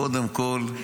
קודם כול,